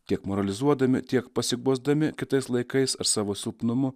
tiek moralizuodami tiek pasiguosdami kitais laikais ar savo silpnumu